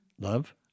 Love